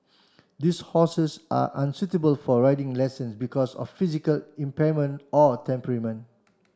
these horses are unsuitable for riding lessons because of physical impairment or temperament